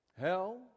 hell